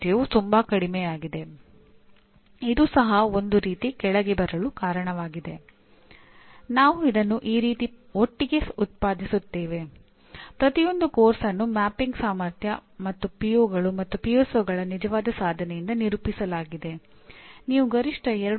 ನೀವು ನೋಡಿದರೆ 1000 ಅಂಕಗಳಲ್ಲಿ 200 ಅತಿದೊಡ್ಡ ಸಂಖ್ಯೆಯಾಗಿದೆ ಮತ್ತು 1000 ಅಂಕಗಳೊಂದಿಗೆ ಎನ್ಬಿಎ ಅಧ್ಯಾಪಕರು ಪದವಿಪೂರ್ವ ಶಿಕ್ಷಣದಲ್ಲಿ ಪ್ರಮುಖ ಆಟಗಾರರು ಮತ್ತು ಅವರು ನಿಜವಾದ ಬದಲಾವಣೆಯ ಏಜೆಂಟ್ಗಳೆಂದು ಗುರುತಿಸುತ್ತದೆ